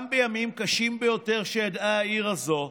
גם בימים הקשים ביותר שידעה העיר הזאת,